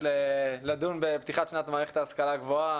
לדון בפתיחת שנה במערכת ההשכלה הגבוהה,